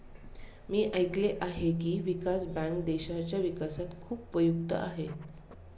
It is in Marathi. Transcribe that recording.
मी ऐकले आहे की, विकास बँक देशाच्या विकासात खूप उपयुक्त आहे